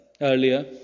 earlier